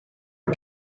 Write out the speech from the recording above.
are